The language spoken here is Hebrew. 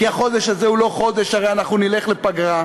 כי החודש הזה הוא לא חודש, הרי אנחנו נלך לפגרה,